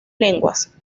lenguas